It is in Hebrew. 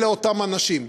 אלה אותם אנשים.